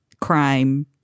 crime